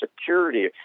security